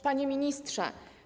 Panie Ministrze!